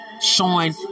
Showing